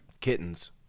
Kittens